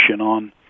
on